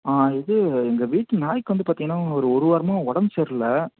ஆ இது எங்கள் வீட்டு நாய்க்கு வந்து பார்த்திங்கன்னா ஒரு ஒரு வாரமாக உடம்பு சரில்ல